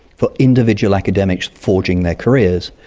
for individual academics forging their careers,